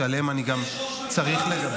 שגם עליהם אני צריך לדבר.